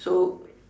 so